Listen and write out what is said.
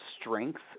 strength